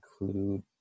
include